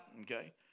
Okay